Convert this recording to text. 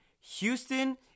Houston